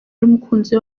n’umukunzi